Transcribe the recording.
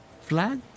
flag